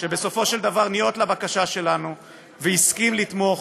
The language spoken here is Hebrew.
שבסופו של דבר ניאות לבקשה שלנו והסכים לתמוך